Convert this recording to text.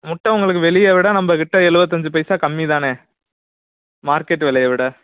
முட்டை உங்களுக்கு வெளியே விட நம்பகிட்ட எழுவத்தஞ்சு பைசா கம்மி தானே மார்க்கெட் விலைய விட